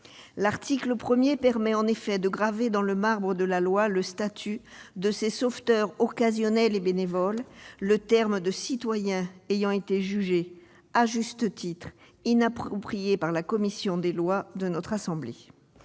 L'article 1 permet de graver dans le marbre de la loi le statut de ces sauveteurs occasionnels et bénévoles, le terme de citoyen ayant été jugé à juste titre inapproprié par notre commission des lois. Ce statut